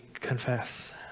confess